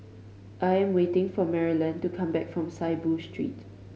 I am waiting for Marilyn to come back from Saiboo Street